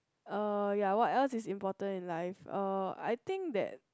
uh ya what else is important in life uh I think that